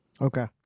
Okay